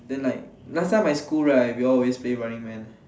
then like last time my school right we all always play running man